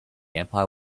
empire